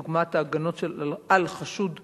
דוגמת ההגנות על חשוד ונאשם,